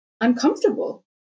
uncomfortable